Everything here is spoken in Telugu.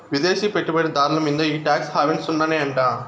విదేశీ పెట్టుబడి దార్ల మీంద ఈ టాక్స్ హావెన్ సున్ననే అంట